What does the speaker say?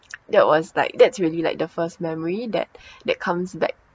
that was like that's really like the first memory that that comes back